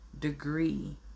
degree